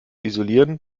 isolieren